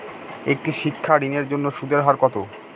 একটি শিক্ষা ঋণের জন্য সুদের হার কত?